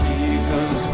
Jesus